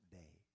day